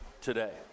today